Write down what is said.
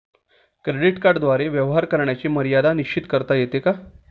Credit कार्डद्वारे व्यवहार करण्याची मर्यादा निश्चित करता येते का?